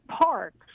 parks